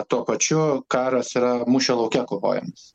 tuo pačiu karas yra mūšio lauke kovojamas